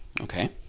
Okay